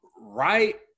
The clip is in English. right